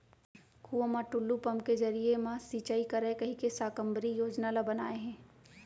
कुँआ म टूल्लू पंप के जरिए म सिंचई करय कहिके साकम्बरी योजना ल बनाए हे